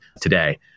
today